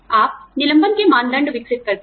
आप निलंबन के मानदंड विकसित करते हैं